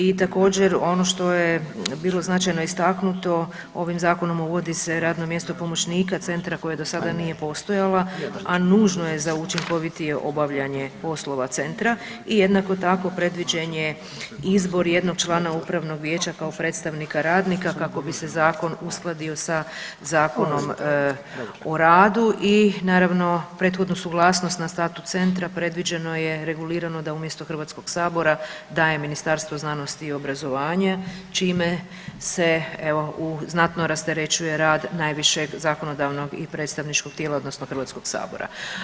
I također ono što je bilo značajno istaknuto, ovim zakonom uvodi se radno mjesto pomoćnika centra koje do sada nije postojala, a nužno je za učinkovitije obavljanje poslova centra i jednako tako predviđen je izbor jednog člana upravnog vijeća kao predstavnika radnika kako bi se zakon uskladio sa Zakonom o radu i naravno prethodnu suglasnost na statut centra predviđeno je regulirano da umjesto HS-a daje Ministarstvo znanosti i obrazovanja čime se znatno rasterećuje rad najvišeg zakonodavnog i predstavničkog tijela odnosno HS-a.